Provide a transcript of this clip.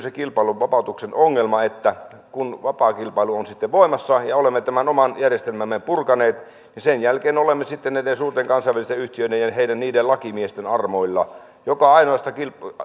se kilpailun vapautuksen ongelma että kun vapaa kilpailu on sitten voimassa ja olemme tämän oman järjestelmämme purkaneet niin sen jälkeen olemme sitten näiden suurten kansainvälisten yhtiöiden ja niiden lakimiesten armoilla joka ainoasta